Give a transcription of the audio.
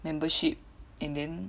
membership and then